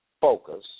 focus